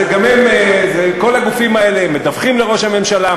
כל הגופים האלה מדווחים לראש הממשלה,